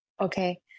Okay